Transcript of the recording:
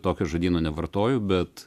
tokio žodyno nevartoju bet